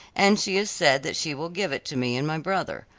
and she has said that she will give it to me and my brother.